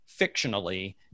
fictionally